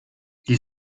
gli